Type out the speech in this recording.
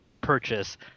purchase